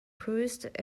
cruised